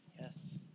Yes